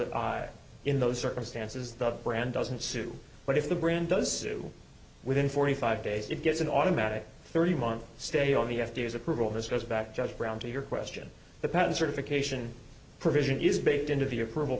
that in those circumstances the brand doesn't sue but if the brand does do within forty five days it gets an automatic thirty month stay on the f d a approval this goes back just around to your question the patent certification provision is baked into the approval